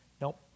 nope